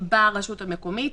ברשות המקומית,